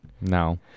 No